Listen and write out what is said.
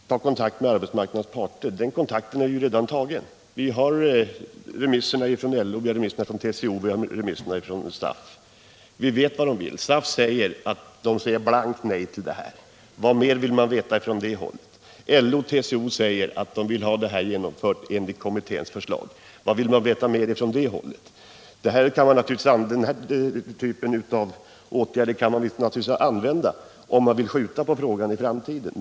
Herr talman! Kontakten med arbetsmarknadens parter är ju redan tagen. Vi har remisserna från LO, TCO och SAF, och vi vet vad de vill. SAF säger blankt nej till detta. Vad mer vill man veta från det hållet? LO och TCO säger att man vill ha detta genomfört enligt kommitténs förslag. Vad vill man veta mer från det hållet? Den här typen av åtgärder kan man naturligtvis använda om man vill skjuta frågan på framtiden.